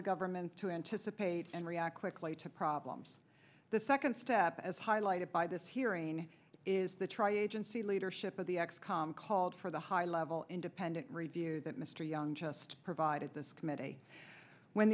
the government to anticipate and react quickly to problems the second step as highlighted by this hearing is the tri agency leadership of the x com called for the high level independent review that mr young just provided this committee when